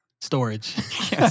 Storage